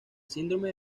síndrome